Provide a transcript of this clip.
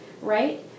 right